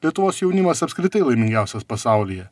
lietuvos jaunimas apskritai laimingiausias pasaulyje